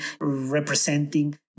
representing